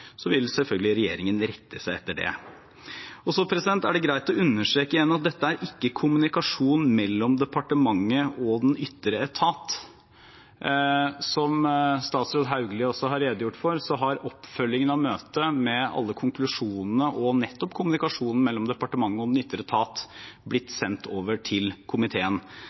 vil selvfølgelig regjeringen rette seg etter det. Det er også greit igjen å understreke at dette ikke er kommunikasjon mellom departementet og den ytre etat. Som statsråd Hauglie også har redegjort for, har oppfølgingen av møtet med alle konklusjonene og nettopp kommunikasjonen mellom departementet og den ytre etat blitt sendt over til komiteen.